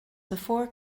before